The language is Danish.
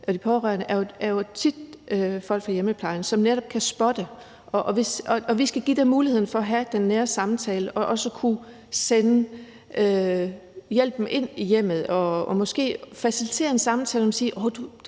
kommer i hjemmet, tit er folk fra hjemmeplejen, som netop kan spotte, hvad der foregår, og vi skal give dem muligheden for at have den nære samtale og også kunne sende hjælpen ind i hjemmet og måske facilitere en samtale med